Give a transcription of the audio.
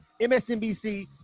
MSNBC